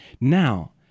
Now